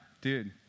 dude